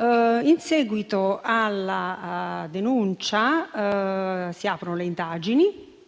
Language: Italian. In seguito alla denuncia si aprono le indagini